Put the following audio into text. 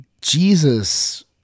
Jesus